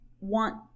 want